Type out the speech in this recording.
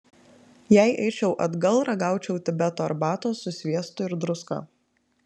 jei eičiau atgal ragaučiau tibeto arbatos su sviestu ir druska